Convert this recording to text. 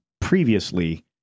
previously